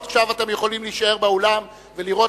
עכשיו אתם יכולים להישאר באולם ולראות